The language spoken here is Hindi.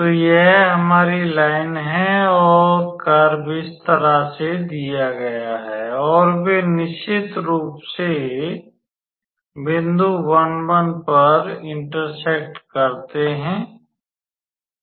तो यह हमारी लाइन है और कर्व इस तरह से दिया गया है और वे निश्चित रूप से बिंदु 1 1 पर प्रतिच्छेद करते हैं